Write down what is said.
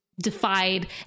defied